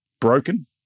broken